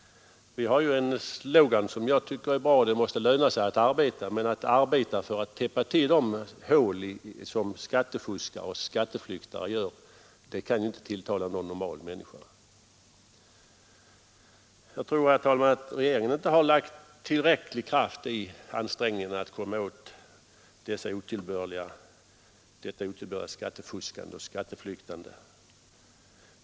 Vi har en slogan, som jag tycker är bra, att det måste löna sig att arbeta. Men att arbeta för att täppa de hål som skattefuskare och skatteflyktare gör kan inte tilltala någon normal människa. Jag tror, herr talman, att regeringen inte har lagt tillräcklig kraft i ansträngningarna att komma åt detta otillbörliga skattefuskande och skatteflyktande.